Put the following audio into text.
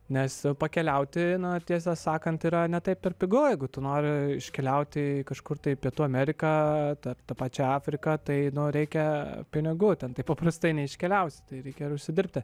nes pakeliauti na tiesą sakant yra ne taip ir pigu jeigu tu nori iškeliauti kažkur tai į pietų ameriką tą tą pačią afriką tai nu reikia pinigų ten taip paprastai neiškeliausi tai reikia ir užsidirbti